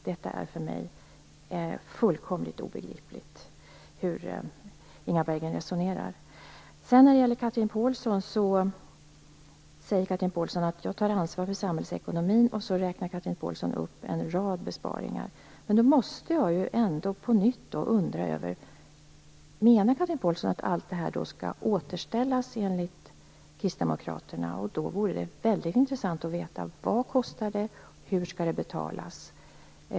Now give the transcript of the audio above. Det är för mig fullkomligt obegripligt hur Inga Berggren resonerar. Chatrine Pålsson säger att hon tar ansvar för samhällsekonomin och så räknar hon upp en rad besparingar. Men då måste jag på nytt fråga: Menar Chatrine Pålsson att allt det här skall återställas enligt kristdemokraterna? Det vore väldigt intressant att veta vad det kostar och hur det skall betalas.